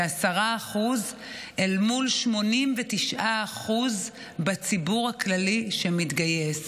זה 10% אל מול 89% בציבור הכללי שמתגייסים.